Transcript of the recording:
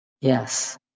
Yes